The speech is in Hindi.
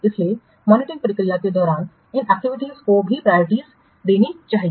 इसलिए मॉनिटरिंग प्रक्रिया के दौरान इन एक्टिविटीयों को भी प्रायोरिटी करना चाहिए